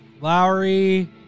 Lowry